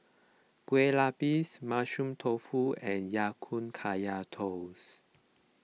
Kue Lupis Mushroom Tofu and Ya Kun Kaya Toast